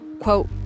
Quote